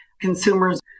consumers